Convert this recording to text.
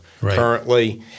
currently